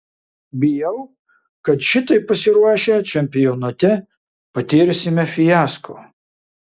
bijau kad šitaip pasiruošę čempionate patirsime fiasko